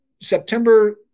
September